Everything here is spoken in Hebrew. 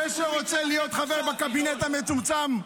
זה שרוצה להיות חבר בקבינט המצומצם,